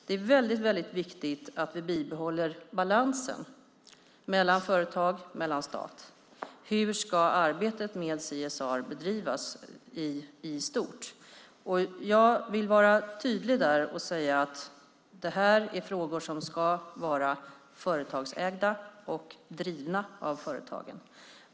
Det är väldigt viktigt att vi bibehåller balansen mellan företag och mellan stat. Hur ska arbetet med CSR bedrivas i stort? Jag vill vara tydlig där och säga att detta är frågor som ska vara företagsägda och drivna av företagen.